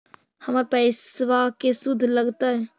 हमर पैसाबा के शुद्ध लगतै?